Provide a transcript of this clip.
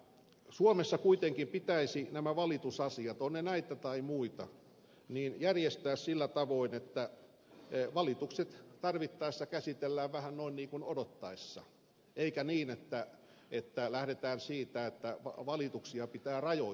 suomessa kuitenkin pitäisi nämä valitusasiat ovat ne näitä tai muita järjestää sillä tavoin että valitukset tarvittaessa käsitellään vähän noin niin kuin odottaessa eikä niin että lähdetään siitä että valituksia pitää rajoittaa